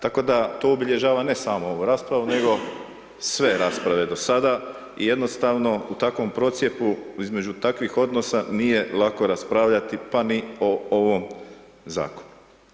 Tako da to obilježava ne samo ovu raspravu nego sve rasprave do sada i jednostavno u takvom procjepu između takvih odnosa nije lako raspravljati pa ni o ovom zakonu.